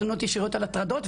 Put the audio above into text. תלונות ישירות על הטרדות,